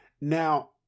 Now